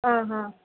ಹಾಂ ಹಾಂ